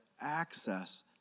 access